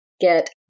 get